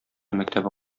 мәктәбе